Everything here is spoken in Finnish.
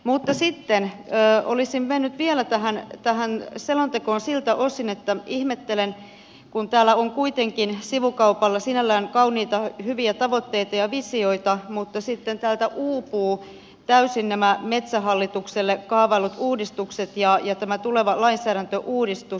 mutta sitten olisin mennyt vielä tähän selontekoon siltä osin että ihmettelen kun täällä on kuitenkin sivukaupalla sinällään kauniita hyviä tavoitteita ja visioita että sitten täältä uupuvat täysin nämä metsähallitukselle kaavaillut uudistukset ja tämä tuleva lainsäädäntöuudistus